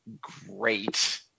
great